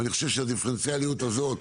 אני חושב שהדיפרנציאליות הזאת,